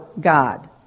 God